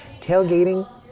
Tailgating